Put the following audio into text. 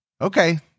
okay